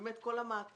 באמת כל המעטפת.